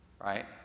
right